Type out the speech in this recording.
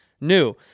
new